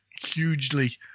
hugely